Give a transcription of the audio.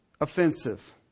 offensive